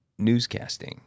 newscasting